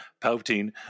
Palpatine